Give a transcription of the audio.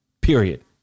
Period